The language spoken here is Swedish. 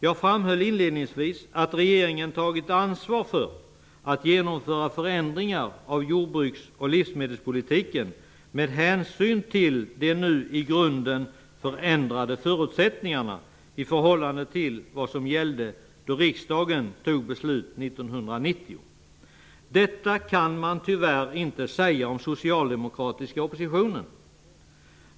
Jag framhöll inledningsvis att regeringen tagit ansvar för att genomföra förändringar av jordbruks och livsmedelspolitiken med hänsyn till de nu i grunden förändrade förutsättningarna, i förhållande till vad som gällde då riksdagen fattade beslut 1990. Detta kan tyvärr inte sägas om den socialdemokratiska oppositionen.